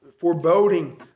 foreboding